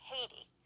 Haiti